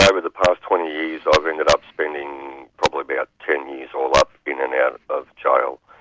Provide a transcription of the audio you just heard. over the past twenty years i've ended up spending probably about ten years all up in and out of jail.